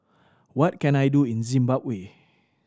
what can I do in Zimbabwe